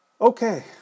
okay